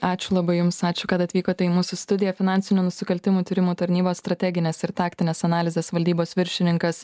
ačiū labai jums ačiū kad atvykote į mūsų studiją finansinių nusikaltimų tyrimų tarnyba strateginės ir taktinės analizės valdybos viršininkas